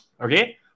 Okay